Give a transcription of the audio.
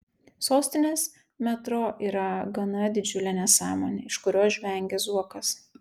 sostinės metro yra gana didžiulė nesąmonė iš kurios žvengia zuokas